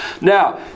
Now